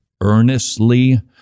earnestly